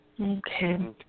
Okay